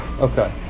Okay